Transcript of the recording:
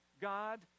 God